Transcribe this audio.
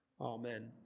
amen